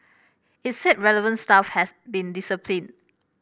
it said relevant staff has been disciplined